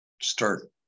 start